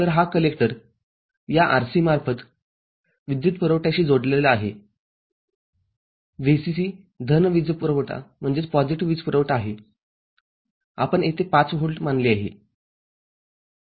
तर हा कलेक्टर या RC मार्फत विद्युत पुरवठ्याशी जोडला आहे VCC धन वीजपुरवठा आहेआपण येथे ५ व्होल्ट मानले आहे